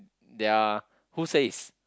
there're who says